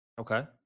Okay